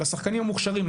לשחקנים המוכשרים,